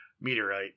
meteorite